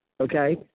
okay